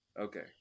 Okay